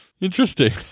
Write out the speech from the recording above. interesting